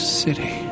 city